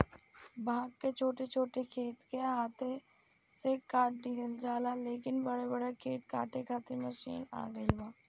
भांग के छोट छोट खेत के हाथे से काट लिहल जाला, लेकिन बड़ बड़ खेत काटे खातिर मशीन आ गईल बा